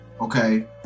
Okay